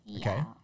okay